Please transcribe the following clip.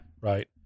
Right